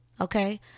Okay